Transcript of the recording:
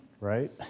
right